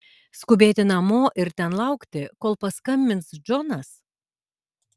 skubėti namo ir ten laukti kol paskambins džonas